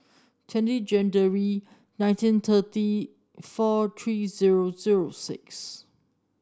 twenty January nineteen thirty four three zero zero six